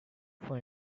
for